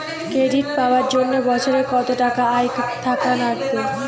Credit পাবার জন্যে বছরে কত টাকা আয় থাকা লাগবে?